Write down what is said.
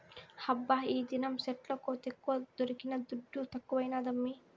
హబ్బా ఈదినం సెట్ల కోతెక్కువ దొరికిన దుడ్డు తక్కువైనాదమ్మీ